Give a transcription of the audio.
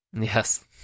Yes